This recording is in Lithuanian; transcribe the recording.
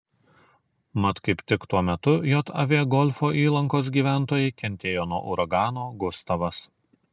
mat kaip tik tuo metu jav golfo įlankos gyventojai kentėjo nuo uragano gustavas